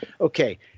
Okay